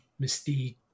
Mystique